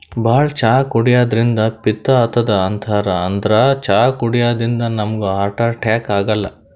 ಭಾಳ್ ಚಾ ಕುಡ್ಯದ್ರಿನ್ದ ಪಿತ್ತ್ ಆತದ್ ಅಂತಾರ್ ಆದ್ರ್ ಚಾ ಕುಡ್ಯದಿಂದ್ ನಮ್ಗ್ ಹಾರ್ಟ್ ಅಟ್ಯಾಕ್ ಆಗಲ್ಲ